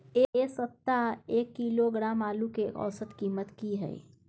ऐ सप्ताह एक किलोग्राम आलू के औसत कीमत कि हय?